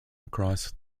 across